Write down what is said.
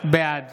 בעד